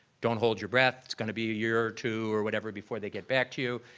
don't hold your breath. it's going to be a year or two or whatever before they get back to you.